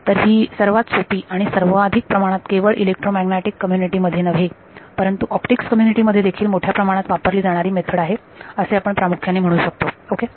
तर ही सर्वात सोपी आणि सर्वाधिक प्रमाणात केवळ इलेक्ट्रोमॅग्नेटिक कम्युनिटीमध्ये नव्हे परंतु ऑप्टिक्स कम्युनिटीमध्ये देखील मोठ्या प्रमाणात वापरली जाणारी मेथड आहे असे आपण प्रामुख्याने म्हणू शकतो ओके